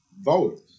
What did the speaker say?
voters